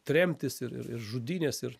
tremtys ir ir ir žudynės ir